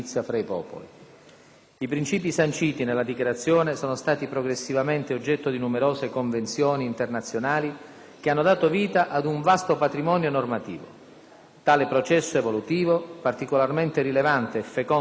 I principi sanciti nella Dichiarazione sono stati progressivamente oggetto di numerose convenzioni internazionali, che hanno dato vita ad un vasto patrimonio normativo. Tale processo evolutivo, particolarmente rilevante e fecondo in ambito europeo,